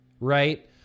right